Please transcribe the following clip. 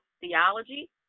theology